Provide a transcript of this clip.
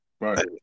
right